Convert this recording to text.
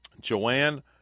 Joanne